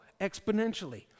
exponentially